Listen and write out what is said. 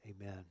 Amen